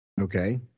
Okay